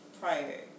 prior